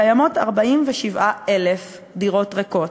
קיימות 47,000 דירות ריקות,